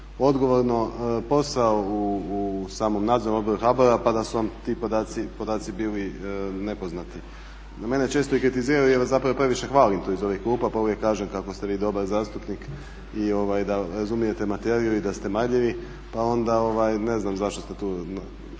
odgovorno posao u samom nadzornom odboru HBOR-a pa da su vam ti podaci bili nepoznati. No mene često i kritiziraju jer zapravo previše hvalim tu iz ovih klupa pa uvijek kažem kako ste vi dobar zastupnik i da razumijete materiju i da ste marljivi pa onda ne znam zašto ste tu,